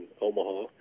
Omaha